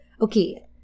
Okay